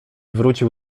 wrócił